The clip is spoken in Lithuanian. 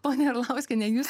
ponia arlauskiene jūs